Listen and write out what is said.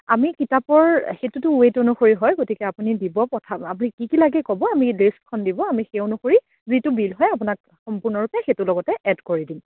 আমি কিতাপৰ সেইটোতো ওৱেট অনুসৰি হয় গতিকে আপুনি দিব পঠাব আপুনি কি কি লাগে ক'ব আমি লিষ্টখন দিব আমি সেই অনুসৰি যিটো বিল হয় আপোনাক সম্পূৰ্ণৰূপে সেইটোৰ লগতে এড কৰি দিম